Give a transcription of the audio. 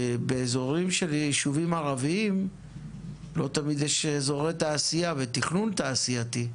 באזורים של יישובים ערביים לא תמיד יש אזורי תעשייה ותכנון תעשייתי,